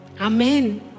Amen